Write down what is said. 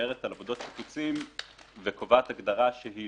מדברת על עבודות שיפוצים וקובעת הגדרה שלא